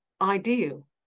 ideal